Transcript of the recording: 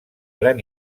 gran